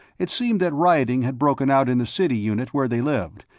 it seemed that rioting had broken out in the city unit where they lived,